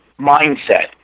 mindset